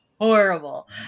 horrible